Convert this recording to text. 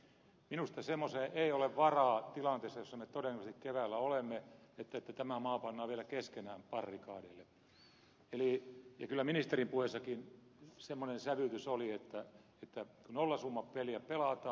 minusta semmoiseen ei ole varaa tilanteessa jossa me todennäköisesti keväällä olemme että tämä maa pannaan vielä keskenään barrikadeille ja kyllä ministerin puheessakin semmoinen sävytys oli että nollasummapeliä pelataan